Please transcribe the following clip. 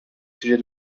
sujet